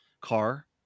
car